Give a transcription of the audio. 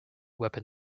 weapon